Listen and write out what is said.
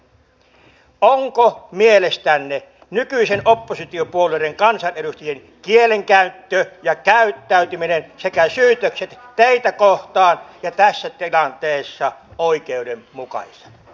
kysynkin ovatko mielestänne nykyisten oppositiopuolueiden kansanedustajien kielenkäyttö ja käyttäytyminen sekä syytökset teitä kohtaan ja tässä tilanteessa oikeudenmukaisia